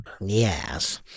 Yes